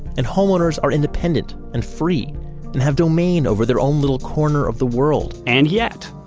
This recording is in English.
and homeowners are independent and free and have domain over their own little corner of the world and yet,